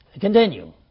Continue